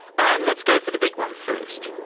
and let's go for the big one first,